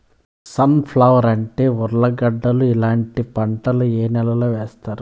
Sun flower, అంటి, ఉర్లగడ్డలు ఇలాంటి పంటలు ఏ నెలలో వేస్తారు?